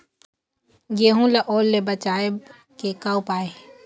गेहूं ला ओल ले बचाए के का उपाय हे?